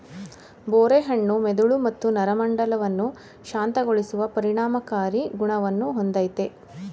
ಬೋರೆ ಹಣ್ಣು ಮೆದುಳು ಮತ್ತು ನರಮಂಡಲವನ್ನು ಶಾಂತಗೊಳಿಸುವ ಪರಿಣಾಮಕಾರಿ ಗುಣವನ್ನು ಹೊಂದಯ್ತೆ